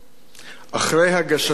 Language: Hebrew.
אחרי הגששים הראשונים.